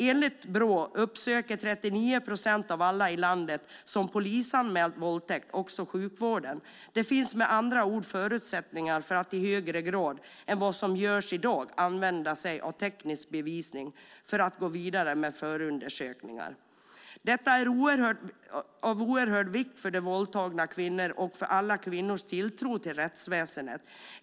Enligt Brå uppsöker 39 procent av alla i landet som polisanmält våldtäkt också sjukvården. Det finns med andra ord förutsättningar för att i högre grad än i dag använda sig av teknisk bevisning för att gå vidare med förundersökningar. Detta är av oerhörd vikt för de våldtagna kvinnorna och för alla kvinnors tilltro till rättsväsendet.